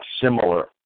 similar